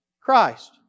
Christ